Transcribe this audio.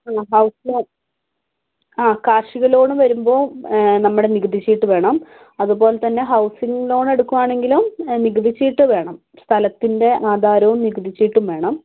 ആ house loan ആ കാർഷിക ലോണ് വരുമ്പോൾ നമ്മുടെ നികുതി ഷീട്ട് വേണം അതുപോലെ തന്നെ ഹൗസിംഗ് ലോൺ എടുക്കുകയാണെങ്കിലും നികുതി ചീട്ട് വേണം സ്ഥലത്തിൻ്റെ ആധാരവും നികുതി ചീട്ടും വേണം